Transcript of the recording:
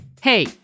Hey